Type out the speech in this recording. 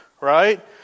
right